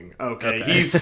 okay